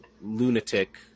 lunatic